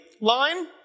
line